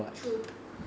true